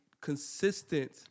consistent